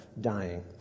dying